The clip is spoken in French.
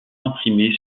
imprimées